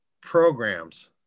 programs